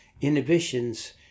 inhibitions